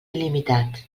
il·limitat